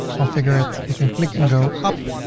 configure it. we can click and go up.